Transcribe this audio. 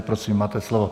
Prosím, máte slovo.